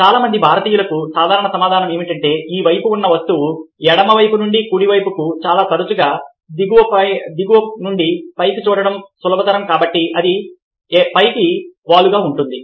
చాలా మంది భారతీయులకు సాధారణ సమాధానం ఏమిటంటే ఈ వైపు ఉన్న ఈ వస్తువు ఎడమ నుండి కుడికి మరియు చాలా తరచుగా దిగువ నుండి పైకి చూడటం సులభం కాబట్టి అది పైకి వాలుగా ఉంటుంది